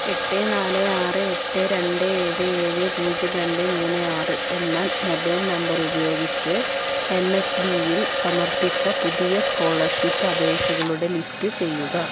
എട്ട് നാല് ആറ് എട്ട് രണ്ട് ഏഴ് ഏഴ് പൂജ്യം രണ്ട് മൂന്ന് ആറ് എന്ന മൊബൈൽ നമ്പർ ഉപയോഗിച്ച് എൻ എസ് ബിയിൽ സമർപ്പിച്ച പുതിയ സ്കോളർഷിപ്പ് അപേക്ഷകളുടെ ലിസ്റ്റ് ചെയ്യുക